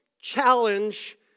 challenge